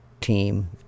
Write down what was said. team